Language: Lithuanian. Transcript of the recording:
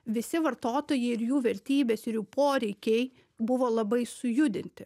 visi vartotojai ir jų vertybės ir jų poreikiai buvo labai sujudinti